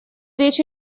речь